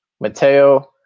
Mateo